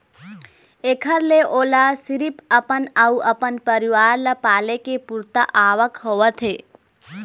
एखर ले ओला सिरिफ अपन अउ अपन परिवार ल पाले के पुरता आवक होवत हे